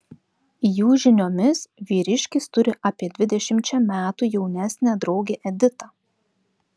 jų žiniomis vyriškis turi apie dvidešimčia metų jaunesnę draugę editą